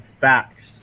facts